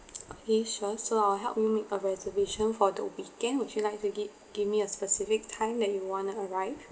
okay sure so I'll help you make a reservation for the weekend would you like to gi~ give me a specific time that you would want to arrive